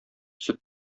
сөт